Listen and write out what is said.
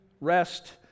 rest